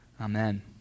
Amen